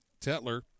Tetler